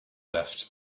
left